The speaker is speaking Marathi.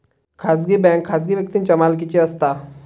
खाजगी बँक खाजगी व्यक्तींच्या मालकीची असता